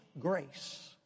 grace